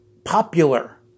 popular